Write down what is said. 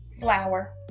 Flour